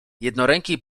jednoręki